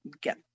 get